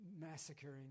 massacring